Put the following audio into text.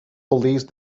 police